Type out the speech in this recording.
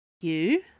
You